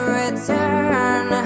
return